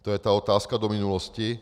To je ta otázka do minulosti.